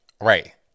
Right